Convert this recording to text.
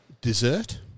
dessert